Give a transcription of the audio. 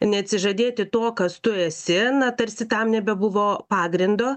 neatsižadėti to kas tu esi na tarsi tam nebebuvo pagrindo